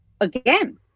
again